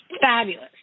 Fabulous